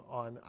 on